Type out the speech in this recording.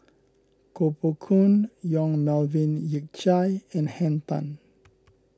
Koh Poh Koon Yong Melvin Yik Chye and Henn Tan